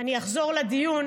אני אחזור לדיון,